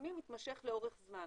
שלפעמים מתמשך לאורך זמן